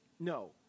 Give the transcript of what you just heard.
No